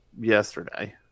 yesterday